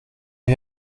wir